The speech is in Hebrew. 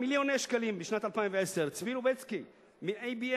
מיליוני שקלים בשנת 2010. צבי לובצקי מ-IBI,